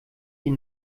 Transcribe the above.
die